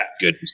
good